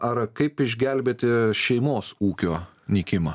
ar kaip išgelbėti šeimos ūkio nykimą